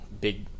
big